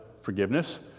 forgiveness